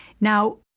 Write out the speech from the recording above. Now